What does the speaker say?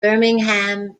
birmingham